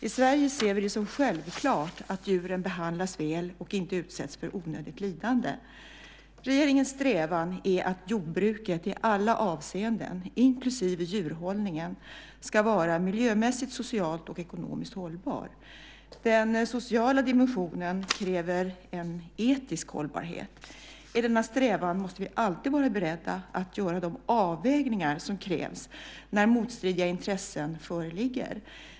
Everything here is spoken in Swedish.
I Sverige ser vi det som självklart att djuren behandlas väl och inte utsätts för onödigt lidande. Regeringens strävan är att jordbruket i alla avseenden - inklusive djurhållningen - ska vara miljömässigt, socialt och ekonomiskt hållbar. Den sociala dimensionen kräver en etisk hållbarhet. I denna strävan måste vi alltid vara beredda att göra de avvägningar som krävs när motstridiga intressen föreligger.